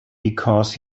because